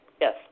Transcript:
Yes